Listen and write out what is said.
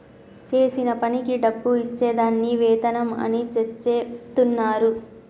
చేసిన పనికి డబ్బు ఇచ్చే దాన్ని వేతనం అని చెచెప్తున్నరు